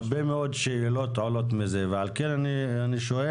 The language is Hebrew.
הרבה מאוד שאלות עולות מזה ועל כן אני שואל,